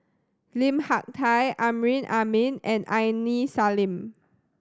Lim Hak Tai Amrin Amin and Aini Salim